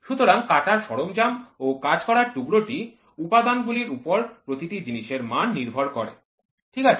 সুতরাং কাটার সরঞ্জাম ও কাজ করার টুকরোটি উপাদান গুলির উপর প্রতিটি জিনিসের মান নির্ভর করে ঠিক আছে